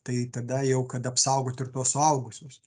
tai tada jau kad apsaugot ir tuos suaugusius